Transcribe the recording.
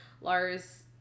Lars